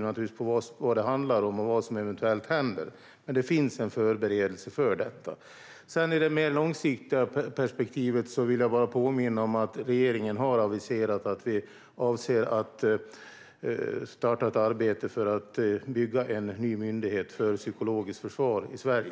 naturligtvis på vad det handlar om och vad som eventuellt händer. Men det finns en förberedelse för detta. När det gäller det mer långsiktiga perspektivet vill jag bara påminna om att regeringen har aviserat att vi avser att starta ett arbete för att bygga en ny myndighet för psykologiskt försvar i Sverige.